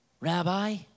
Rabbi